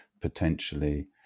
potentially